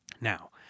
Now